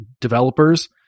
developers